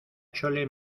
chole